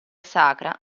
sacra